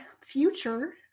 future